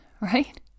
right